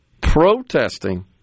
protesting